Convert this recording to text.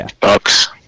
Bucks